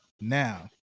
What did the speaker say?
now